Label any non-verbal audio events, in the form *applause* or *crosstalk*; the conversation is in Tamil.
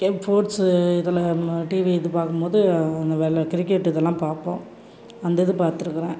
*unintelligible* ஸ்போர்ட்ஸ் இதில் ம டிவி இது பார்க்கும் போது அந்த வெளிள கிரிக்கெட் இதெல்லாம் பார்ப்போம் அந்த இது பார்த்துருக்குறேன்